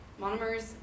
monomers